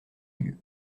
lieu